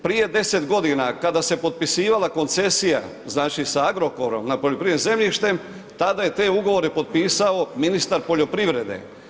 Prije 10 g. kada se je potpisivala koncesija sa Agrokorom nad poljoprivrednim zemljištem, tada je te ugovore potpisao ministar poljoprivrede.